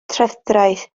trefdraeth